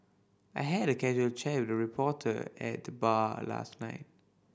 I had a casual chat with a reporter at the bar last night